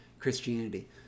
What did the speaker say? Christianity